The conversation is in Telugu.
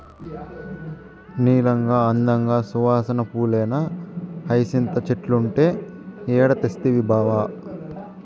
నీలంగా, అందంగా, సువాసన పూలేనా హైసింత చెట్లంటే ఏడ తెస్తవి బావా